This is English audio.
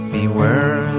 Beware